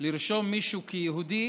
לרשום מישהו כיהודי